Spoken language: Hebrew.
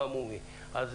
לאה,